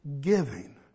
giving